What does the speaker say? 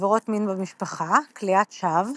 עבירות מין במשפחה, כליאת שווא,